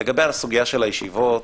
לגבי הסוגיה של הישיבה,